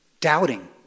doubting